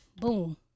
boom